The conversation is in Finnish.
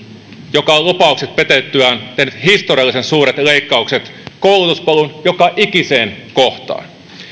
joka on lupaukset petettyään tehnyt historiallisen suuret leikkaukset koulutuspolun joka ikiseen kohtaan